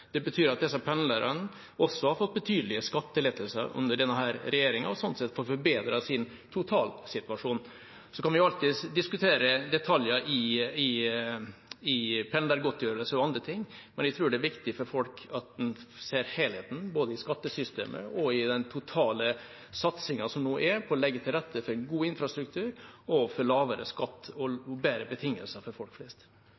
Det betyr at også pendlerne har fått betydelige skattelettelser under denne regjeringen og sånn sett har fått forbedret sin totalsituasjon. Man kan alltids diskutere detaljer i pendlergodtgjørelser og andre ting, men jeg tror det er viktig for folk at en ser helheten, både i skattesystemet og i den totale satsingen som nå finner sted, for å legge til rette for god infrastruktur, lavere skatt og